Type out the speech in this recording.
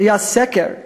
היה סקר,